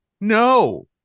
No